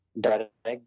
direct